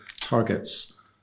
targets